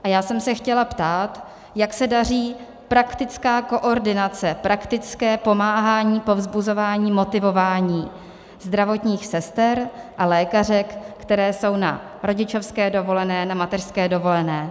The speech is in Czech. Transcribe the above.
A já jsem se chtěla ptát, jak se daří praktická koordinace, praktické pomáhání, povzbuzování, motivování zdravotních sester a lékařek, které jsou na rodičovské dovolené, na mateřské dovolené.